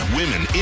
women